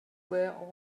were